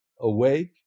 awake